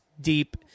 deep